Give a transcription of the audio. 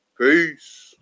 Peace